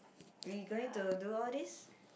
we going to do all these